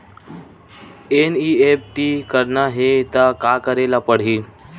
NEFT करना हे त का करे ल पड़हि?